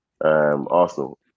Arsenal